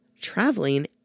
traveling